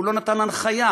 הוא לא נתן הנחיה,